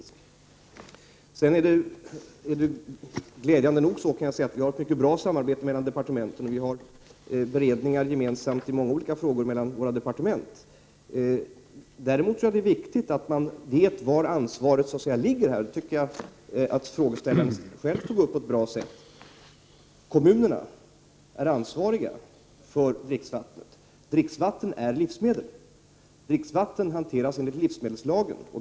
Sedan är det glädjande nog så att vi har ett mycket bra samarbete mellan departementen. Vi har gemensamma beredningar mellan våra departement i många olika frågor. Däremot tror jag att det är viktigt att man vet var ansvaret ligger. Jag tycker att frågeställaren själv tog upp det på ett bra sätt. Kommunerna är ansvariga för dricksvattnet. Dricksvatten är livsmedel. Dricksvatten hanteras enligt livsmedelslagen.